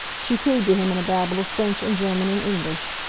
she cooed to him in a babble of french and german and english,